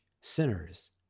sinners